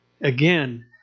Again